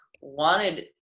wanted